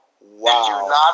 Wow